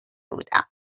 بودم